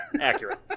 accurate